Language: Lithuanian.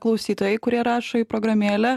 klausytojai kurie rašo į programėlę